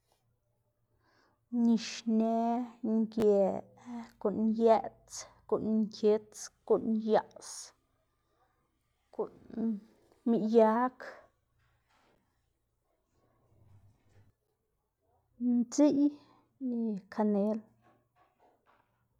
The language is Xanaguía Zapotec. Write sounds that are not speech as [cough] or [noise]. Nixnë, ngë, guꞌn yeꞌts, guꞌn nkits, guꞌn yaꞌs, guꞌn miyag, [noise] ndziꞌy y kanel. [noise]